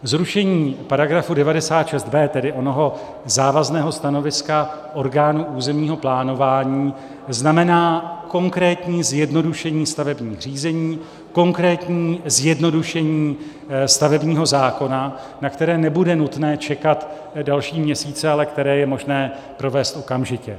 Zrušení § 96b, tedy onoho závazného stanoviska orgánů územního plánování, znamená konkrétní zjednodušení stavebních řízení, konkrétní zjednodušení stavebního zákona, na které nebude nutné čekat další měsíce, ale které je možné provést okamžitě.